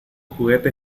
juguete